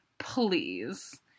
please